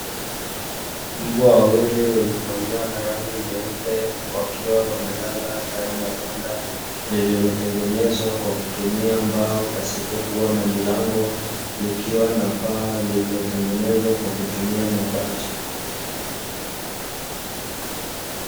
Mbwa wawili wenye manyoya ya rangi nyeupe, wakiwa wamelala ndani ya banda lililotengenezwa kwa kutumia mbao pasipokuwa na milango, likiwa na paa lililotengenezwa kwa kutumia mabati.